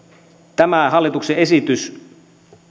tämä hallituksen esitys